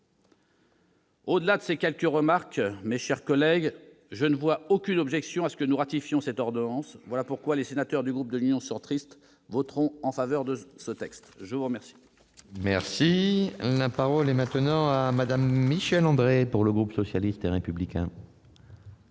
Au-delà de ces quelques remarques, mes chers collègues, je ne vois aucune objection à ce que nous ratifiions cette ordonnance. Voilà pourquoi les sénateurs du groupe Union Centriste voteront en faveur de ce texte. La parole est à Mme Michèle André, pour le groupe socialiste et républicain.